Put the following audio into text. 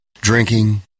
Drinking